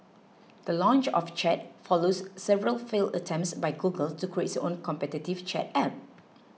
the launch of Chat follows several failed attempts by Google to create its own competitive chat app